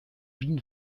wien